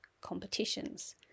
competitions